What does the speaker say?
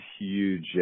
huge